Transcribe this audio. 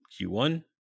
Q1